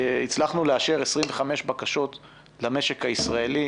הצלחנו לאשר 25 בקשות במשק הישראלי